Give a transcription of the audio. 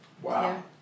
Wow